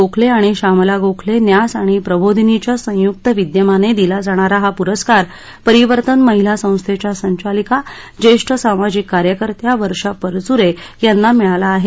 गोखले आणि शामला गोखले न्यास आणि प्रबोधिनीच्या संयुक्त विद्यमाने दिला जाणारा हा पुरस्कार परिवर्तन महिला संस्थेच्या संचालका ज्येष्ठ सामाजिक कार्यकर्त्या वर्षा परचुरे यांना मिळाला आहे